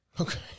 Okay